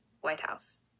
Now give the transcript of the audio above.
whitehouse